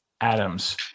Adams